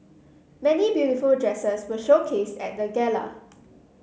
many beautiful dresses were showcased at the gala